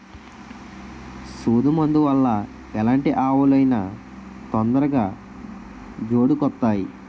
సూదు మందు వల్ల ఎలాంటి ఆవులు అయినా తొందరగా జోడుకొత్తాయి